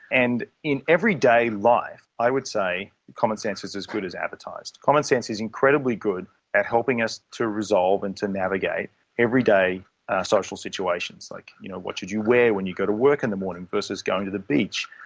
and in everyday life i would say common sense is as good as advertised. common sense is incredibly good at helping us to resolve and to navigate everyday social situations, like you know what should you wear when you go to work in the morning versus going to the beach,